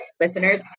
listeners